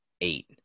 eight